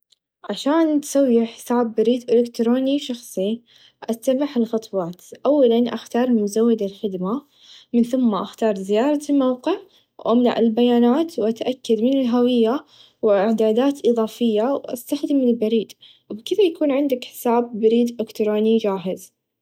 عشان تسوي حساب بريد إلكتروني شخصي أتبع هالخطوات أولا أختار من مزود الخدمه من ثم أختار زياره الموقع و أملأ البيانات و أتأكد من الهويه و إعدادات إضافيه و أستخدم البريد و بكذا يكون عندك حساب بريد إلكتروني چاهز.